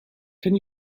can